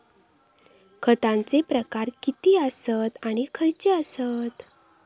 खतांचे प्रकार किती आसत आणि खैचे आसत?